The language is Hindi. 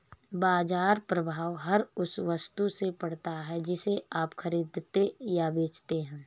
बाज़ार प्रभाव हर उस वस्तु से पड़ता है जिसे आप खरीदते या बेचते हैं